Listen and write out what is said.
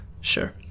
Sure